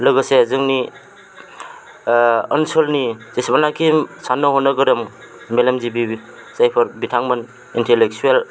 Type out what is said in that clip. लोगोसे जोंनि ओनसोलनि जेसेबांनाखि साननो हनो गोरों मेलेमजिबि जायफोर बिथांमोन एन्टिलेकसुयेल